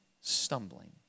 stumbling